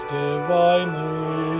divinely